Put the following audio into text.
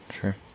sure